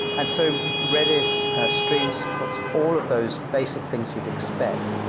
and sort of redis ah streams puts all of those basic things you'd expect,